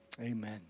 amen